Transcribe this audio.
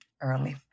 early